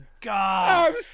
God